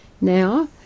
Now